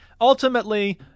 ultimately